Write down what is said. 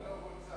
היא לא רוצה.